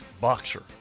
boxer